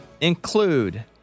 include